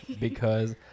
because-